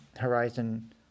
Horizon